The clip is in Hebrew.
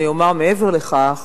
אני אומר מעבר לכך: